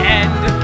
end